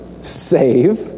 save